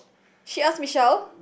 she ask Michelle